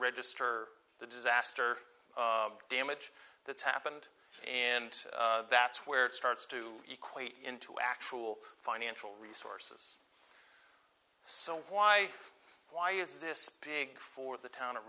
register the disaster damage that's happened and that's where it starts to equate into actual financial resources so why why is this big for the town of